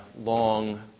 long